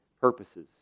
purposes